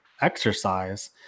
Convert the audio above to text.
exercise